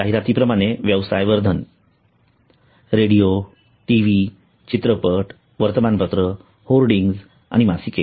जाहिराती प्रमाणे व्यवसाय वर्धन टीव्ही रेडिओ चित्रपट वर्तमानपत्र होर्डिंग्ज आणि मासिके